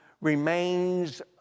remains